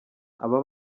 aba